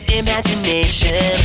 imagination